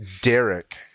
derek